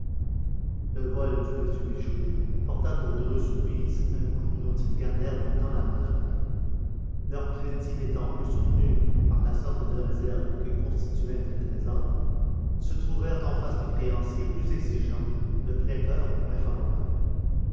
le vol du précieux bijou porta aux dreux soubise un coup dont ils gardèrent longtemps la marque leur crédit n'étant plus soutenu par la sorte de réserve que constituait un tel trésor ils se trouvèrent en face de créanciers plus exigeants et de prêteurs moins favorables